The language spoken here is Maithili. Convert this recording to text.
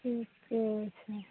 ठीके छै